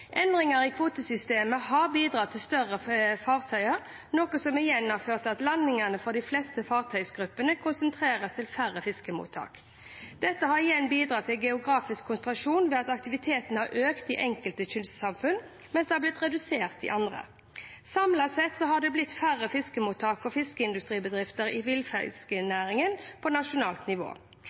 Endringer i kvotesystemet har bidratt til større fartøyer, noe som igjen har ført til at landingene for de fleste fartøygruppene konsentreres til færre fiskemottak. Dette har igjen bidratt til geografisk konsentrasjon ved at aktiviteten har økt i enkelte kystsamfunn, mens den har blitt redusert i andre. Samlet sett har det blitt færre fiskemottak og fiskeindustribedrifter i villfisknæringen på nasjonalt nivå.